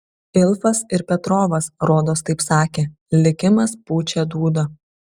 ilfas ir petrovas rodos taip sakė likimas pučia dūdą